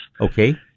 Okay